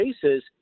cases